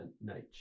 nature